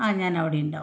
ആ ഞാനവിടെ ഉണ്ടാകും